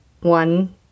One